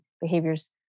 behaviors